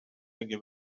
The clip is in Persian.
اگه